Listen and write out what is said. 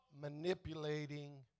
manipulating